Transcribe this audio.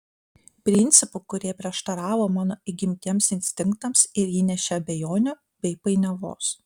principų kurie prieštaravo mano įgimtiems instinktams ir įnešė abejonių bei painiavos